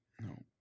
No